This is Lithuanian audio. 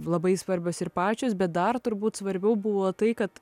labai svarbios ir pačios bet dar turbūt svarbiau buvo tai kad